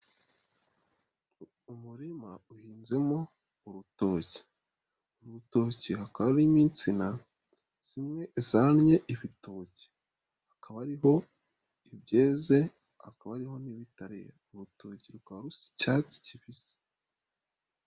Umurima uhinzemo urutoki, uru rutoki hakaba harimo insina zimwe zanye ibitoki, hakaba hariho ibyeze hakaba hariho n'ibitare, uru rutoki rrukaba rusa icyatsi kibisi.